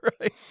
right